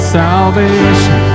salvation